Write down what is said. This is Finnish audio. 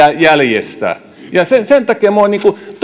jäljessä sen sen takia minua